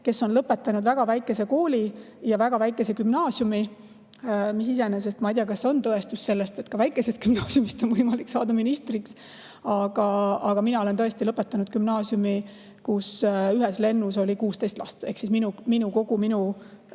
kes on lõpetanud väga väikese kooli ja väga väikese gümnaasiumi. Ma ei tea, kas see iseenesest on tõestus sellest, et ka väikesest gümnaasiumist on võimalik saada ministriks, aga mina olen tõesti lõpetanud gümnaasiumi, kus ühes lennus oli 16 last. Ehk kogu meie